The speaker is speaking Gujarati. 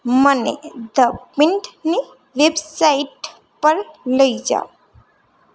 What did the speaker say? મને ધ પ્રિન્ટની વેબસાઈટ પર લઇ જાવ